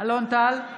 אלון טל,